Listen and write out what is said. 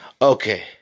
Okay